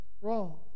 wrong